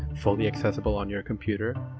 fully accessible on your computer.